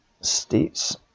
states